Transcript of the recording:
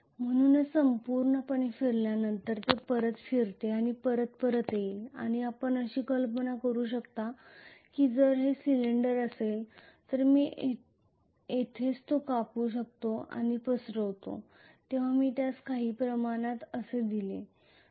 म्हणूनच संपूर्णपणे फिरल्यानंतर हे परत फिरते आणि परत परत येईल आणि आपण कल्पना करू शकता की जर हा सिलिंडर असेल तर मी येथेच तो कापू शकतो आणि पसरवितो तेव्हा मी त्यास काही प्रमाणात असे दिसेल